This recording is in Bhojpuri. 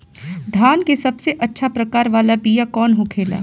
धान के सबसे अच्छा प्रकार वाला बीया कौन होखेला?